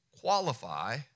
qualify